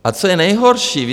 A co je nejhorší?